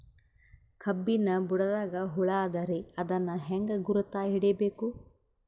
ಕಬ್ಬಿನ್ ಬುಡದಾಗ ಹುಳ ಆದರ ಅದನ್ ಹೆಂಗ್ ಗುರುತ ಹಿಡಿಬೇಕ?